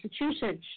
Massachusetts